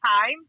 time